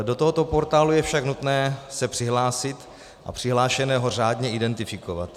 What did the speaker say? Do tohoto portálu je však nutné se přihlásit a přihlášeného řádně identifikovat.